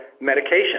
medication